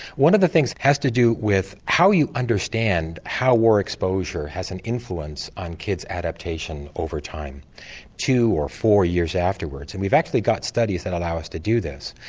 one of the things has to do with how you understand how war exposure has an influence on kids' adaptation over time two or four years afterwards and we've actually got studies that allow us to do this.